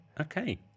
Okay